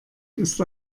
ist